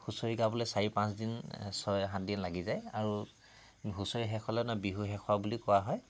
হুঁচৰি গাবলৈ চাৰি পাঁচদিন ছয় সাতদিন লাগি যায় আৰু হুঁচৰি শেষ হ'লে ন বিহু শেষ হোৱা বুলি কোৱা হয়